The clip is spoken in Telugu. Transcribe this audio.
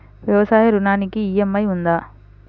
వ్యవసాయ ఋణానికి ఈ.ఎం.ఐ ఉందా?